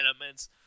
elements